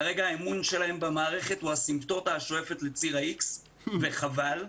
כרגע האמון שלהם במערכת שואף לאפס וחבל.